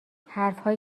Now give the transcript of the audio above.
حرفهایی